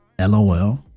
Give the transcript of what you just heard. LOL